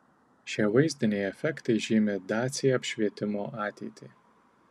šie vaizdiniai efektai žymi dacia apšvietimo ateitį